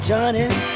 Johnny